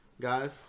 guys